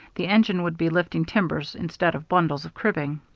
the engine would be lifting timbers instead of bundles of cribbing.